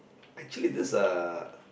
actually this uh